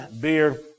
beer